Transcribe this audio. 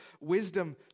wisdom